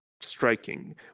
striking